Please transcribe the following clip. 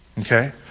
Okay